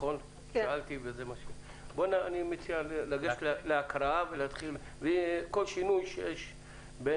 אני מציע שניגש להקראה ולהתייחס לכל תיקון שיש.